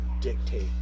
dictate